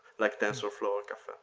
like tensorflow or caffe.